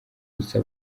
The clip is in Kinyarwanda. gusa